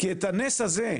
כי את הנס הזה,